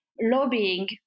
lobbying